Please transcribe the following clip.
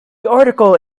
article